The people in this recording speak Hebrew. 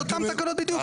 זה אותן תקנות בדיוק.